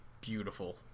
beautiful